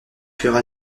furent